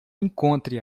encontre